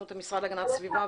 ואז נתקעה לנו הקורונה,